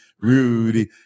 Rudy